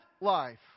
life